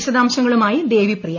വിശദാംശങ്ങളുമായി ദേവിപ്രിയ